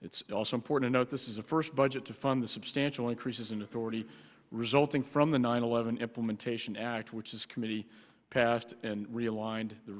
it's also important that this is a first budget to fund the substantial increases in authority resulting from the nine eleven implementation act which is committee passed and